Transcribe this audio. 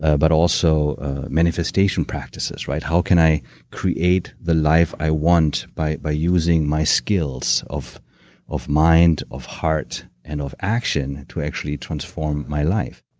ah but also manifestation practices. how can i create the life i want by by using my skills of of mind, of heart, and of action to actually transform my life?